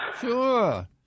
Sure